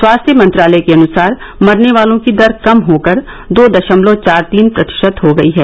स्वास्थ्य मंत्रालय के अनुसार मरने वालों की दर कम होकर दो दशमलव चार तीन प्रतिशत हो गई है